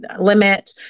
limit